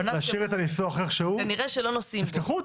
הפנס שבור ונראה שלא נוסעים